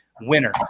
winner